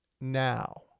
now